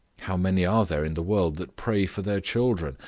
how many are there in the world that pray for their children,